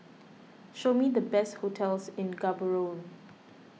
show me the best hotels in Gaborone